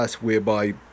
whereby